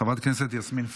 חברת הכנסת יסמין פרידמן,